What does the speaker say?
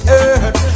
earth